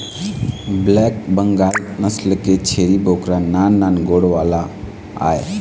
black Bengal नसल के छेरी बोकरा नान नान गोड़ वाला आय